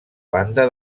banda